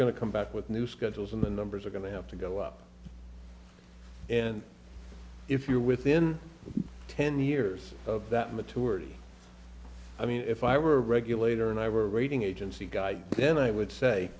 to come back with new schedules and the numbers are going to have to go up and if you're within ten years of that maturity i mean if i were a regulator and i were rating agency guy then i would say